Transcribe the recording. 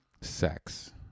sex